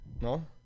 No